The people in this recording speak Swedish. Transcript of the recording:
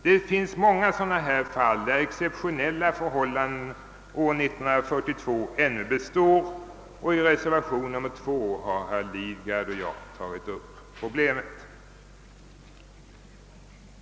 Det finns många sådana fall där exceptionella förhållanden från år 1942 ännu består. I reservation II har herr Lidgard och jag tagit upp detta problem.